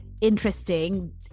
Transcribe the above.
interesting